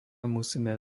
musíme